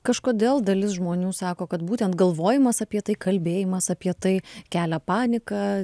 kažkodėl dalis žmonių sako kad būtent galvojimas apie tai kalbėjimas apie tai kelia paniką